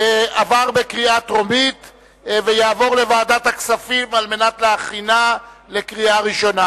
עברה בקריאה טרומית ותעבור לוועדת הכספים על מנת להכינה לקריאה ראשונה.